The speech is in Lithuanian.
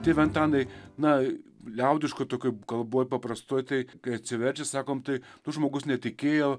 tėve antanai na liaudiškoj tokioj kalboj paprastoj tai kai atsiverčia sakom tai tu žmogus netikėjo